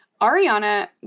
ariana